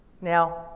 Now